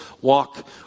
walk